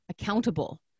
accountable